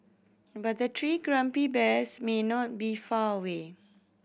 but the three grumpy bears may not be far away